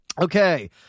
Okay